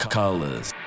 colors